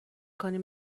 کنیم